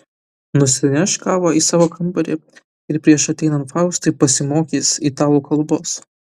nusineš kavą į savo kambarį ir prieš ateinant faustui pasimokys italų kalbos